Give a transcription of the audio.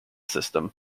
system